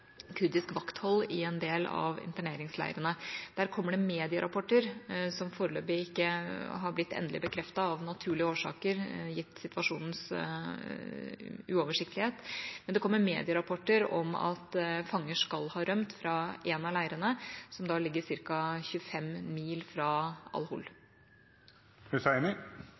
kurdisk vakthold i en del av interneringsleirene. Derfra kommer det medierapporter – som av naturlige årsaker, gitt situasjonens uoversiktlighet, foreløpig ikke er blitt endelig bekreftet – om at fanger skal ha rømt fra en av leirene, som ligger ca. 25 mil fra